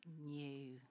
new